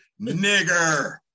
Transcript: Nigger